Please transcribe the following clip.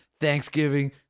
Thanksgiving